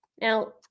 Now